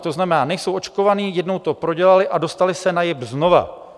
To znamená, nejsou očkovaní, jednou to prodělali a dostali se na JIP znova.